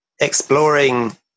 exploring